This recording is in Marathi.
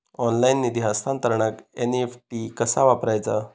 ऑनलाइन निधी हस्तांतरणाक एन.ई.एफ.टी कसा वापरायचा?